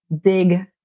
big